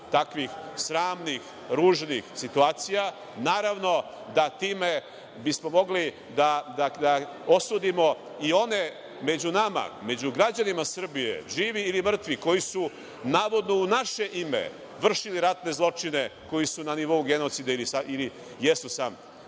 takvih sramnih, ružnih situacija, naravno da time bismo mogli da osudimo i one među nama, među građanima Srbije, živi ili mrtvi, koji su navodno u naše ime, vršili ratne zločine koji su na nivou genocida ili jesu sam